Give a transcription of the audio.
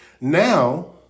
Now